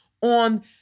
on